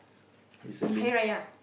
Hari-Raya